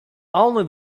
only